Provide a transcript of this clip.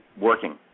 working